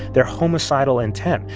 their homicidal intent.